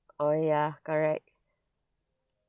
oh ya correct